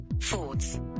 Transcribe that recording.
Ford's